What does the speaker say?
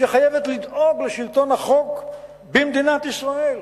שחייבת לדאוג לשלטון החוק במדינת ישראל?